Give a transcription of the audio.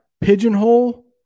pigeonhole